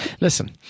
Listen